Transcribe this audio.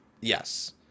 Yes